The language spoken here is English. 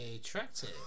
attractive